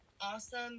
awesome